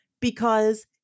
because-